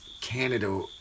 canada